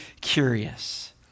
curious